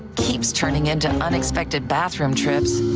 keeps turning into unexpected bathroom trips.